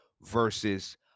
versus